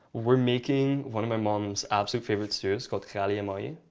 we're making one of my mom's absolute favorite soups called ghalieh mahi.